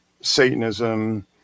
satanism